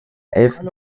elften